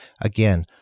again